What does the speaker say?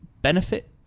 benefit